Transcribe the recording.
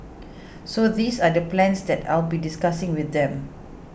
so these are the plans that I'll be discussing with them